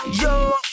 yo